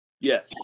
Yes